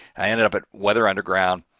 i ended up at weather underground